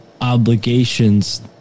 obligations